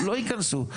לא יכנסו.